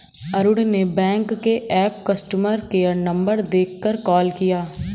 अरुण ने बैंक के app customer care number देखकर कॉल किया